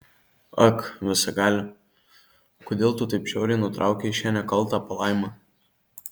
ak visagali kodėl tu taip žiauriai nutraukei šią nekaltą palaimą